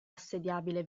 assediabile